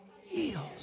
heals